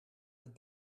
het